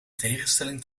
tegenstelling